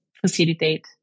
facilitate